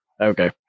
Okay